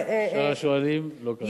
שאר השואלים לא כאן.